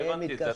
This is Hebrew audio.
לא הבנתי את זה.